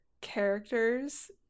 characters